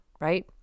right